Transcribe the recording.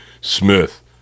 Smith